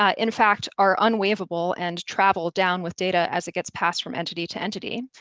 ah in fact, are unwaivable and travel down with data as it gets passed from entity to entity.